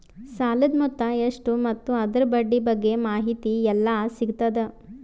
ಸಾಲದ ಮೊತ್ತ ಎಷ್ಟ ಮತ್ತು ಅದರ ಬಡ್ಡಿ ಬಗ್ಗೆ ಮಾಹಿತಿ ಎಲ್ಲ ಸಿಗತದ?